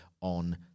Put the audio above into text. on